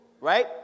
Right